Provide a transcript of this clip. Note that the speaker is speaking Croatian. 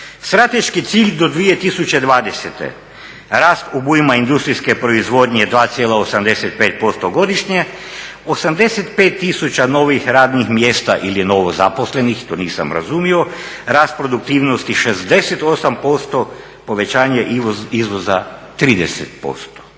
Strateški cilj do 2020.rast obujma industrijske proizvodnje 2,85% godišnje, 85 novih radnih mjesta ili novo zaposlenih to nisam razumio. Rast produktivnosti 68%, povećanje izvoza 30%.